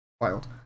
Wild